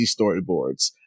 storyboards